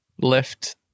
left